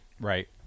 Right